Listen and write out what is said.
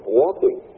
walking